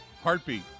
Heartbeat